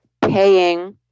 paying